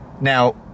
Now